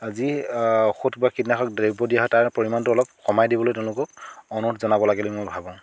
যি ঔষধ বা কীটনাশক দ্ৰব্য দিয়া হয় তাৰে পৰিমাণটো অলপ কমাই দিবলৈ তেওঁলোকক অনুৰোধ জনাব লাগে বুলি মই ভাবোঁ